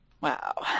Wow